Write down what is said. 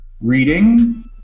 reading